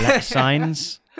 signs